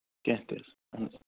کیٚنہہ تہِ حظ اَہن حظ